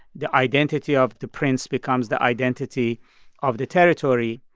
the identity of the prince becomes the identity of the territory.